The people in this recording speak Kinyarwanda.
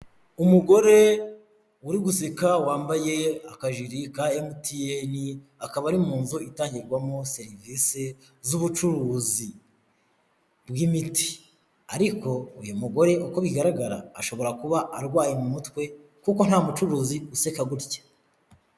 Umugore uri guseka wambaye akajiri ka MTN akaba ari mu nzu itangirwamo serivisi z'ubucuruzi bw'imiti; ariko uyu mugore uko bigaragara ashobora kuba arwaye mu mutwe kuko nta mucuruzi useka gutya.